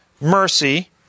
mercy